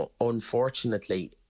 unfortunately